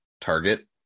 target